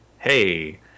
Hey